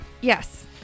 yes